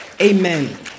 Amen